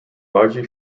largely